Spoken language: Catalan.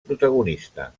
protagonista